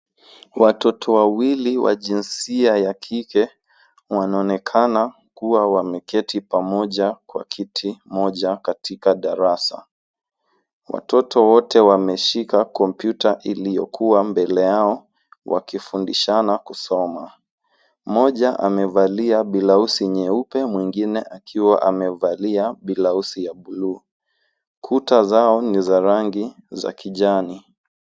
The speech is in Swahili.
Watoto wawili wa jinsia ya kike wanaonekana kuwa wameketi pamoja kwa kiti moja katika darasa. Watoto wote wameshika kompyuta iliyokuwa mbele yao wakifundishana kusoma. Mmoja amevalia blausi nyeupe, mwingine akiwa amevalia blausi ya bluu. Kuta zao ni za rangi za kijani.